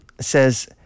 says